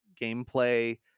gameplay